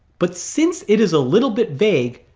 but since it is a little bit vague,